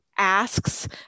asks